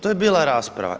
To je bila rasprava.